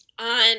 on